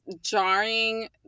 jarring